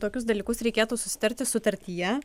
tokius dalykus reikėtų susitarti sutartyje